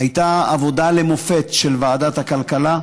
הייתה עבודה למופת של ועדת הכלכלה.